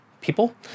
people